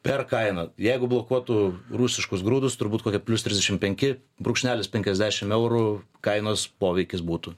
per kainą jeigu blokuotų rusiškus grūdus turbūt kokia plius trisdešimt penki brūkšnelis penkiasdešimt eurų kainos poveikis būtų